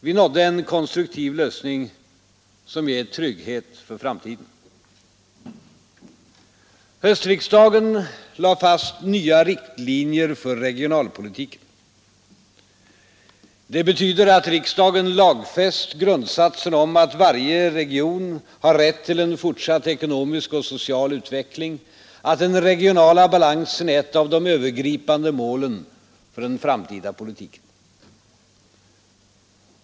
Vi nådde en konstruktiv lösning som ger trygghet för framtiden. Höstriksdagen lade fast nya riktlinjer för regionalpolitiken. Det betyder att riksdagen lagfäst grundsatsen om att varje region har rätt till en fortsatt ekonomisk och social utveckling, att den regionala balansen är ett av de övergripande målen för den framtida politiken.